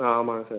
ஆ ஆமாங்க சார்